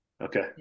Okay